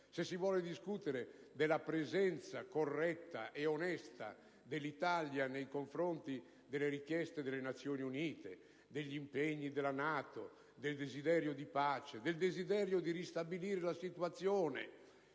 del nostro Governo, della presenza corretta e onesta dell'Italia nei confronti delle richieste delle Nazioni Unite, degli impegni della NATO, del desiderio di pace, del desiderio di ristabilire la situazione